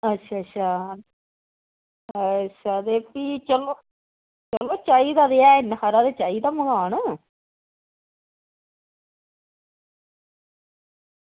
अच्छा अच्छा ते अच्छा फ्ही चलो चलो चाहिदा ते ऐ इ'न्ना हारा ते चाहिदा मकान